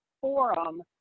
forum